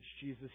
Jesus